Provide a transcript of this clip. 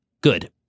good